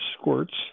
squirts